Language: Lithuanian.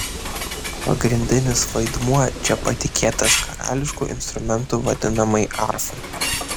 pagrindinis vaidmuo čia patikėtas karališku instrumentu vadinamai arfai